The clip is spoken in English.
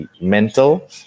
mental